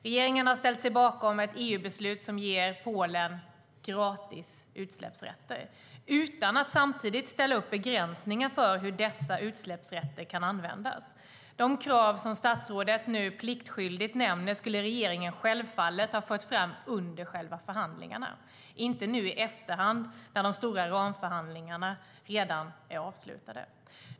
Regeringen har ställt sig bakom ett EU-beslut som ger Polen gratis utsläppsrätter utan att samtidigt ställa upp begränsningar för hur dessa utsläppsrätter kan användas. De krav som statsrådet nu pliktskyldigt nämner skulle regeringen självfallet ha fört fram under själva förhandlingarna, inte nu i efterhand när de stora ramförhandlingarna redan är avslutade.